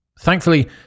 Thankfully